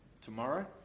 Tomorrow